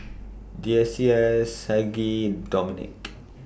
Deasia Saige Dominic